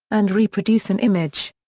and reproduce an image.